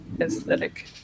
aesthetic